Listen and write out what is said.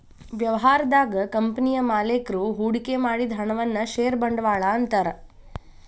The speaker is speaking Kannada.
ವ್ಯವಹಾರದಾಗ ಕಂಪನಿಯ ಮಾಲೇಕರು ಹೂಡಿಕೆ ಮಾಡಿದ ಹಣವನ್ನ ಷೇರ ಬಂಡವಾಳ ಅಂತಾರ